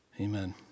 Amen